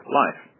life